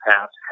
past